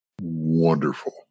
wonderful